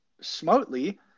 smartly